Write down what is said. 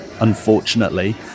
unfortunately